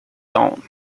dawn